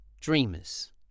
dreamers